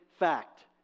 Fact